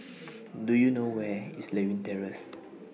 Do YOU know Where IS Lewin Terrace